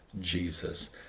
Jesus